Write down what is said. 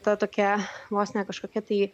ta tokia vos ne kažkokia tai